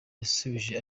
yasubije